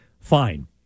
fine